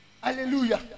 Hallelujah